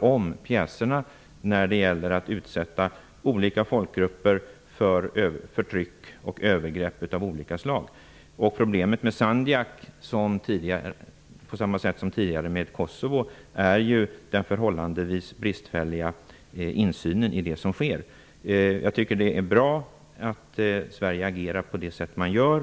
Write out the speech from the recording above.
om pjäserna för att utsätta olika folkgrupper för förtryck och övergrepp av olika slag. Problemet med Sandjak, på samma sätt som tidigare med Kosovo, är den förhållandevis bristfälliga insynen i det som sker. Jag tycker att det är bra att Sverige agerar på det sätt man gör.